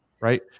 right